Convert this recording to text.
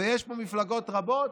ויש מפלגות רבות